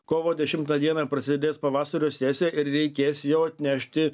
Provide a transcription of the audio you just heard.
kovo dešimtą dieną prasidės pavasario sesija ir reikės jau atnešti